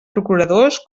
procuradors